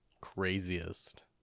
Craziest